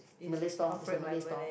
Malay store is a Malay store